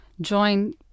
join